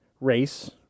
race